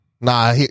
Nah